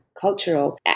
cultural